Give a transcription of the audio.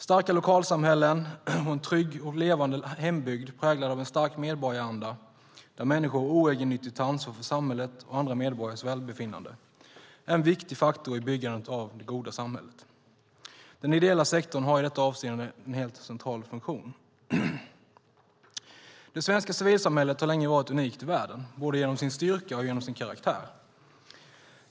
Starka lokalsamhällen och en trygg och levande hembygd präglad av en stark medborgaranda, där människor oegennyttigt tar ansvar för samhället och andra medborgares välbefinnande, är en viktig faktor i byggandet av det goda samhället. Den ideella sektorn har i detta avseende en helt central funktion. Det svenska civilsamhället har länge varit unikt i världen, både genom sin styrka och genom sin karaktär.